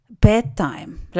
bedtime